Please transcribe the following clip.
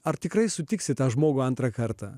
ar tikrai sutiksi tą žmogų antrą kartą